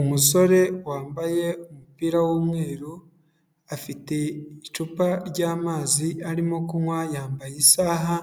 Umusore wambaye umupira w'umweru, afite icupa ry'amazi arimo kunywa, yambaye isaha